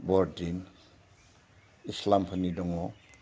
बरदिन इस्लामफोरनि दङ